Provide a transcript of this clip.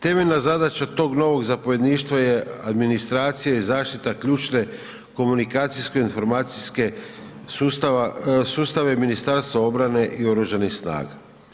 Temeljna zadaća tog novog zapovjedništva je administracija i zaštita ključne komunikacijsko informacijske sustava, sustave Ministarstva obrane i Oružanih snaga.